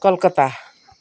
Calcutta